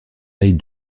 taille